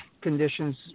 conditions